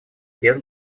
без